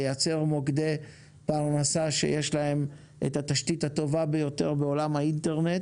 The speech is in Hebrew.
לייצר מוקדי פרנסה שיש להם את התשתית הטובה ביותר בעולם האינטרנט.